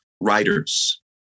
writers